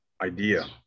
idea